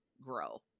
grow